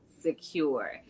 secure